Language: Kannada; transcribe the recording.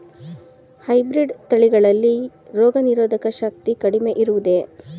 ಹೈಬ್ರೀಡ್ ತಳಿಗಳಲ್ಲಿ ರೋಗನಿರೋಧಕ ಶಕ್ತಿ ಕಡಿಮೆ ಇರುವುದೇ?